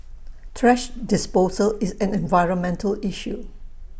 thrash disposal is an environmental issue